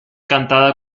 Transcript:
cantada